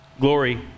Glory